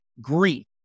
grief